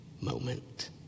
moment